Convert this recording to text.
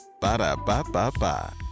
Ba-da-ba-ba-ba